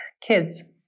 kids